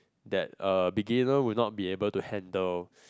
that a beginner will not be able to handle